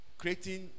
creating